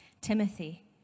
Timothy